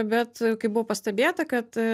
bet kai buvo pastebėta kad